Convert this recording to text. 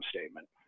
statement